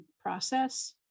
process